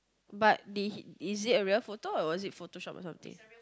but they hey is it a real photo or was it Photoshop or something